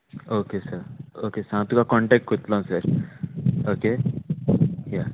okay sir okay स हांव तुका कॉन्टेक्ट कोत्तोलो सर ओके या